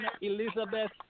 Elizabeth